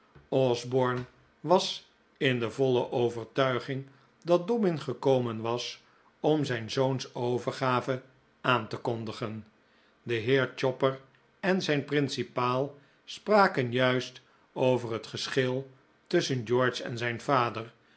osborne was in de voile overtuiging dat dobbin gekomen was om zijn zoons overgave aan te kondigen de heer chopper en zijn principaal spraken juist over het geschil tusschen george en zijn vader